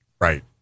Right